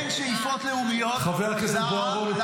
בוא תקשיב: אין שאיפות לאומיות --- חבר הכנסת בוארון,